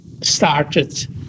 started